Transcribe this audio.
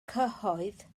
cyhoedd